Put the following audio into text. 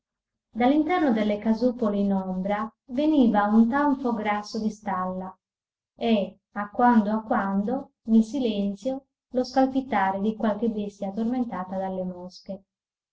dall'interno delle casupole in ombra veniva un tanfo grasso di stalla e a quando a quando nel silenzio lo scalpitare di qualche bestia tormentata dalle mosche